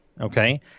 Okay